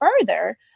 further